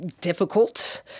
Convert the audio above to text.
difficult